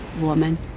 woman